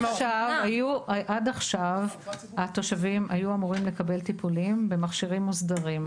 עד עכשיו התושבים היו אמורים לקבל טיפולים במכשירים מוסדרים.